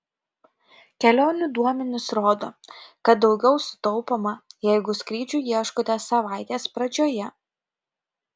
kelionių duomenys rodo kad daugiau sutaupoma jeigu skrydžių ieškote savaitės pradžioje